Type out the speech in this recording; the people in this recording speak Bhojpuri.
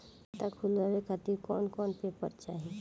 खाता खुलवाए खातिर कौन कौन पेपर चाहीं?